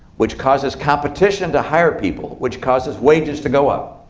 which causes competition to hire people, which causes wages to go up.